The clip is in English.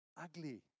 ugly